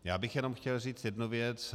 Já bych jenom chtěl říct jednu věc.